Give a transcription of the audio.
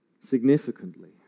significantly